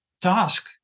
task